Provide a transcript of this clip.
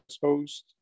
host